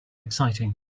exciting